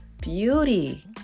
beauty